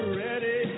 ready